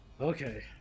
Okay